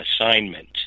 assignment